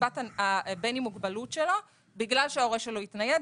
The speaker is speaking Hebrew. קצבת הבן עם מוגבלות שלו בגלל שההורה שלו התנייד.